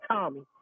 Tommy